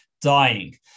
dying